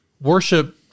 worship